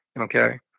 Okay